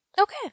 Okay